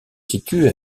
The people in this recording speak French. situe